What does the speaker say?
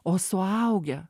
o suaugę